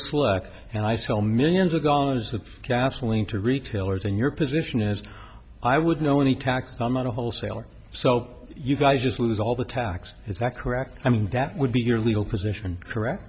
selective and i sell millions of dollars of gasoline to retailers in your position as i would know any tax i'm not a wholesaler so you guys just lose all the tax is that correct i mean that would be your legal position correct